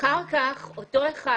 ואחר כך אותו אחד,